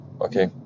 Okay